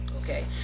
okay